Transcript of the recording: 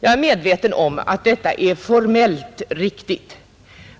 Jag är medveten om att detta är formellt riktigt.